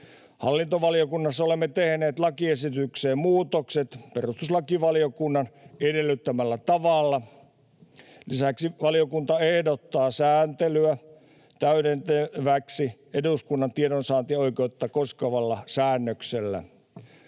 Hallintovaliokunnassa olemme tehneet lakiesitykseen muutokset perustuslakivaliokunnan edellyttämällä tavalla. Lisäksi valiokunta ehdottaa sääntelyä täydennettäväksi eduskunnan tiedonsaantioikeutta koskevalla säännöksellä.